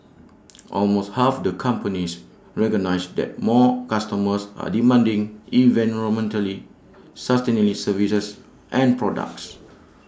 almost half the companies recognise that more customers are demanding environmentally services and products